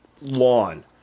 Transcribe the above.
lawn